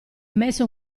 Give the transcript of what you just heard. messo